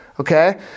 Okay